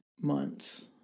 months